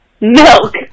Milk